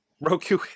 Roku